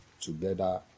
together